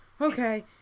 Okay